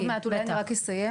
עוד מעט אולי, אני רק אסיים.